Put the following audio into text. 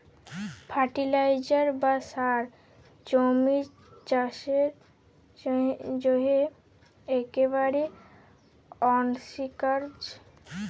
fertiliser বা সার জমির চাসের জন্হে একেবারে অনসীকার্য